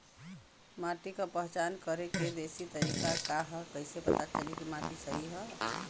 माटी क पहचान करके देशी तरीका का ह कईसे पता चली कि माटी सही ह?